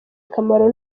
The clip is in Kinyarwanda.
akamaro